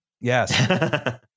Yes